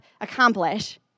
accomplish